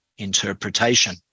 interpretation